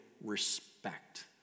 respect